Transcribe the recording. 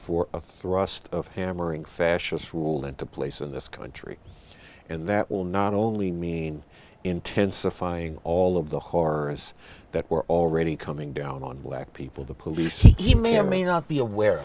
for the thrust of hammering fascist rule into place in this country and that will not only mean intensifying all of the horrors that were already coming down on black people the police may or may not be aware